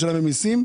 הממיסים.